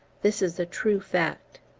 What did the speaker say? this is a true fact.